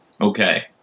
okay